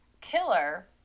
killer